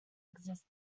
existence